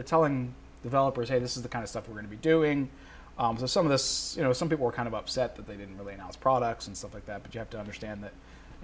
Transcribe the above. seven telling developers hey this is the kind of stuff we're going to be doing some of this you know some people are kind of upset that they didn't really announce products and stuff like that but you have to understand that